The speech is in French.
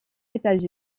états